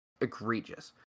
egregious